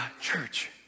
church